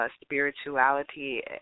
spirituality